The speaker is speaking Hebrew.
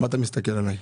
מה אתה מסתכל עליי?